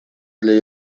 для